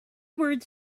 words